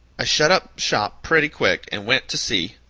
i shut up shop pretty quick and went to sea.